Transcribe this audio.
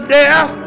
death